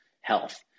health